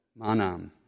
Manam